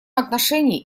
отношении